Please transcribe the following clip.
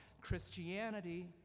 Christianity